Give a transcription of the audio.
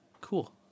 cool